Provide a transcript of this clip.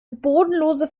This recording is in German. bodenlose